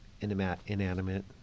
inanimate